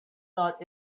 not